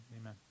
amen